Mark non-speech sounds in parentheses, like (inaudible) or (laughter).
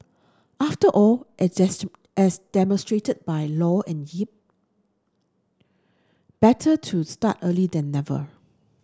after all as (unintelligible) as demonstrated by Low and Yip better to start a (unintelligible) then never